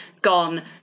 gone